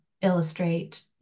illustrate